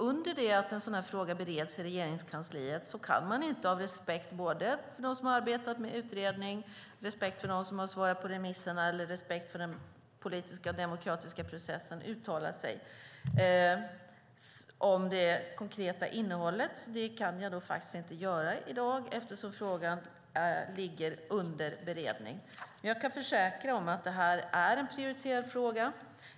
Under tiden som frågan bereds i Regeringskansliet kan man inte av respekt för dem som arbetat med utredningen och för dem som svarat på remissen, samt av respekt för den politiska och demokratiska processen, uttala sig om det konkreta innehållet. Det kan jag alltså inte göra i dag eftersom frågan är under beredning. Jag kan dock försäkra att det är en prioriterad fråga.